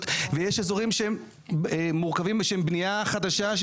ויש אזורים שהם מורכבים בבניה חדשה,